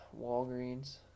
Walgreens